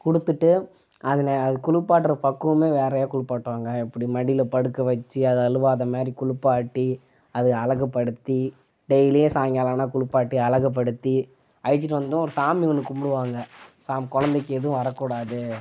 கொடுத்துட்டு அதில் அது குளிப்பாட்ற பக்குவம் வேறையா குளிப்பாட்டுவாங்க இப்படி மடியில் படுக்க வச்சி அது அழுவாத மாதிரி குளிப்பாட்டி அது அழகுபடுத்தி டெய்லியும் சாயங்காலம் ஆனால் குளிப்பாட்டி அழகுபடுத்தி அழைச்சிட்டு வந்தும் ஒரு சாமி ஒன்று கும்புடுவாங்க சா குழந்தைக்கி எதுவும் வரக்கூடாது